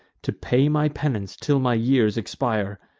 to pay my penance till my years expire.